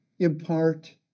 Impart